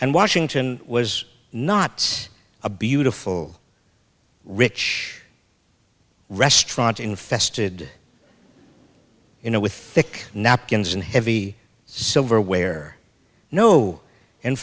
and washington was not a beautiful rich restaurant infested you know with thick napkins and heavy silverware no in